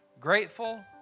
grateful